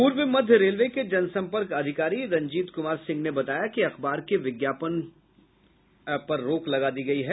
पूर्व मध्य रेलवे के जन सम्पर्क अधिकारी रंजीत कुमार सिंह ने बताया कि अखबार को विज्ञापन देने पर रोक लगा दी गयी है